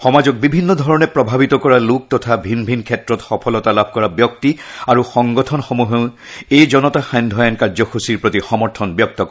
সমাজক বিভিন্ন ধৰণে প্ৰভাৱিত কৰা লোক তথা ভিন ভিন ক্ষেত্ৰত সফলতা লাভ কৰা ব্যক্তি আৰু সংগঠনসমূহেও এই জনতা সান্ধ্য আইন কাৰ্যসূচীৰ প্ৰতি সমৰ্থন ব্যক্ত কৰে